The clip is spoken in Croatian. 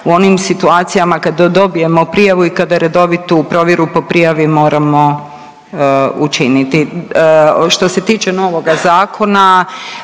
u onim situacijama kada dobijemo prijavu i kada redovitu provjeru po prijavi moramo učiniti. Što se tiče novoga zakona